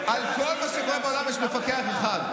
יש מפקח אחד,